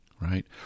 right